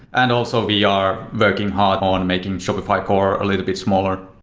and also we are working hard on making shopify core a little bit smaller.